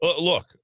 Look